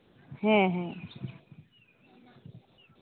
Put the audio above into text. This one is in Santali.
ᱦᱮᱸ ᱦᱮᱸ